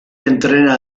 entrena